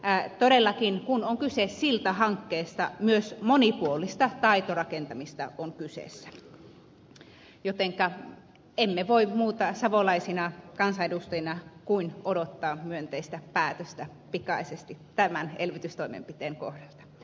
todellakin kun on kyse siltahankkeesta myös monipuolinen taitorakentaminen on kyseessä joten emme voi muuta savolaisina kansanedustajina kuin odottaa myönteistä päätöstä pikaisesti tämän elvytystoimenpiteen kohdalla